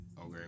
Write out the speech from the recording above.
Okay